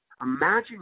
Imagine